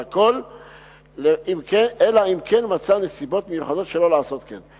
והכול אלא אם כן מצא נסיבות מיוחדות שלא לעשות כן.